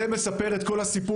זה מספר את כל הסיפור.